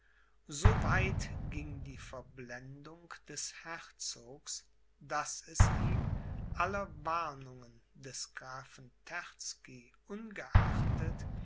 weit ging die verblendung des herzogs daß es ihm aller warnungen des grafen terzky ungeachtet